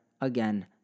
again